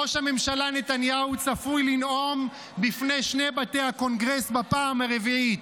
ראש הממשלה נתניהו צפוי לנאום בפני שני בתי הקונגרס בפעם הרביעית.